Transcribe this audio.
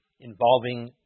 Involving